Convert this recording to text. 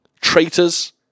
traitors